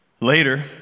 Later